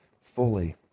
fully